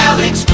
Alex